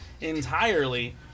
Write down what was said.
entirely